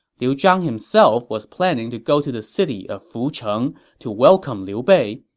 liu zhang himself was planning to go to the city of fucheng to welcome liu bei,